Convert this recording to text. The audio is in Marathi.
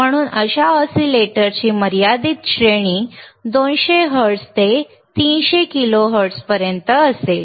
म्हणून अशा ऑसिलेटरची मर्यादित श्रेणी 200 हर्ट्झ ते 300 किलोहर्ट्झ असेल